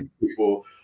people